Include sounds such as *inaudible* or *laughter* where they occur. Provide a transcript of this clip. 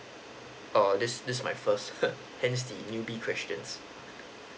oh this this is my first *laughs* hence the newbie questions